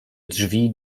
drzwi